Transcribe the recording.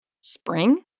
Spring